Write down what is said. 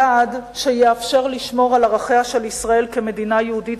יעד שיאפשר לשמור את ערכיה של ישראל כמדינה יהודית